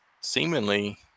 seemingly